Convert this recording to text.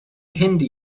hinder